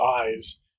eyes